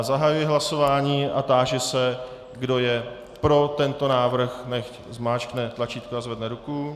Zahajuji hlasování a táži se, kdo je pro tento návrh, nechť zmáčkne tlačítko a zvedne ruku.